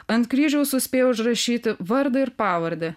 ant kryžiaus suspėjo užrašyti vardą ir pavardę